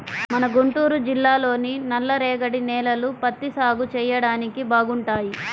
మన గుంటూరు జిల్లాలోని నల్లరేగడి నేలలు పత్తి సాగు చెయ్యడానికి బాగుంటాయి